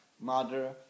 Mother